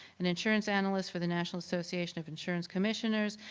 an insurance analyst for the national association of insurance commissioners,